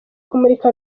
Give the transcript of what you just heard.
kumurika